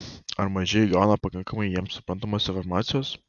ar mažieji gauna pakankamai jiems suprantamos informacijos